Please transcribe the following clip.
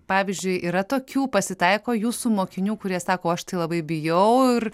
pavyzdžiui yra tokių pasitaiko jūsų mokinių kurie sako aš tai labai bijau ir